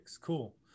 Cool